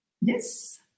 Yes